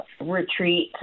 Retreat